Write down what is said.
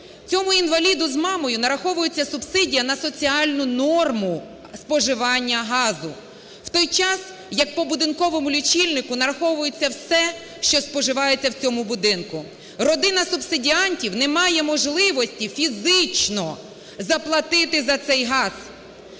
Цьому інваліду з мамою нараховується субсидія на соціальну норму споживання газу, в той час як по будинковому лічильнику нараховується все, що споживається в цьому будинку. Родина субсидіантів не має можливості фізично заплатити за цей газ.